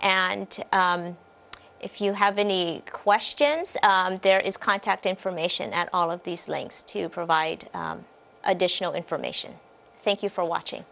and if you have any questions there is contact information at all of these links to provide additional information thank you for watching